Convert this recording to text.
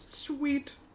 Sweet